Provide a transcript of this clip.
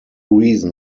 reason